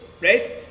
right